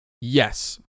Yes